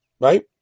right